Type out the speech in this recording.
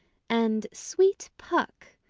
and sweet puck,